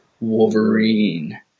Wolverine